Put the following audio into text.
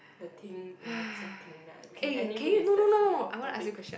the Ting in the Jia-Ting ah okay anyway it's a bit off topic